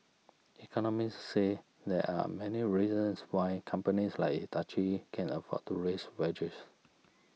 economists say there are many reasons why companies like Hitachi can afford to raise wages